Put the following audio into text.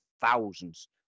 thousands